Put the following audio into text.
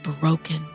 broken